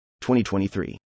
2023